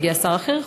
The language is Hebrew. יגיע שר אחר,